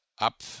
up